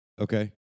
Okay